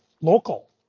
local